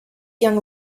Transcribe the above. young